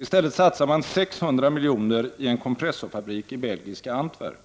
I stället satsar man 600 miljoner kronor i en kompressorfabrik i belgiska Antwerpen.”